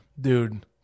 dude